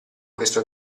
questo